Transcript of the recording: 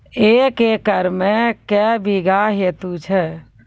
एक एकरऽ मे के बीघा हेतु छै?